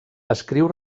escriu